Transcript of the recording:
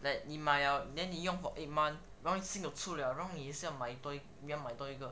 like 你买 liao then 用 for eight month 然后新的出 liao then 然后你还是要买多一个